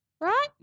right